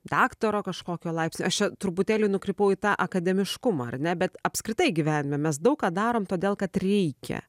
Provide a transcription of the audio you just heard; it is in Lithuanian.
daktaro kažkokio laipsnio aš čia truputėlį nukrypau į tą akademiškumą ar ne bet apskritai gyvenime mes daug ką darom todėl kad reikia